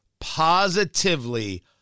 positively